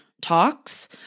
talks